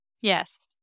yes